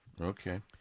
Okay